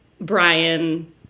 Brian